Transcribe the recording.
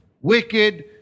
wicked